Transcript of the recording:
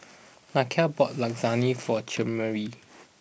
Nakia bought Lasagne for Chimere